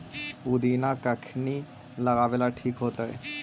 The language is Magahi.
पुदिना कखिनी लगावेला ठिक होतइ?